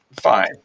Fine